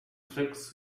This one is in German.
reflex